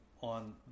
on